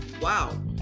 wow